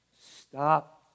Stop